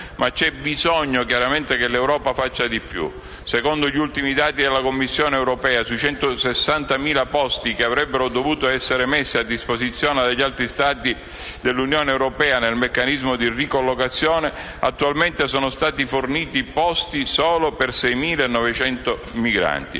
c'è bisogno che l'Europa faccia di più. Infatti, secondo gli ultimi dati della Commissione europea, sui 160.000 posti che avrebbero dovuto essere messi a disposizione dagli altri Stati dell'Unione europea nel meccanismo di ricollocazione, attualmente sono stati forniti posti solo per 6.900 migranti.